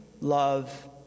love